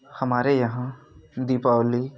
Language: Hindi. हमारे यहाँ दीपावली